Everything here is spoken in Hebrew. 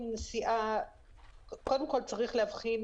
צריך להבחין,